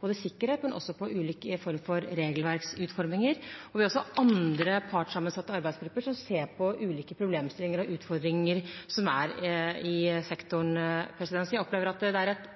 på sikkerhet, men også på ulike former for regelverksutforming. Vi har også andre partssammensatte arbeidsgrupper som ser på ulike problemstillinger og utfordringer som er i sektoren. Så jeg opplever at det i all hovedsak er et